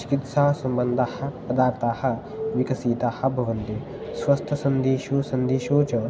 चिकित्सासम्बन्धाः पदार्थाः विकसिताः भवन्ति स्वस्थसन्देशु सन्देशू च